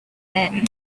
men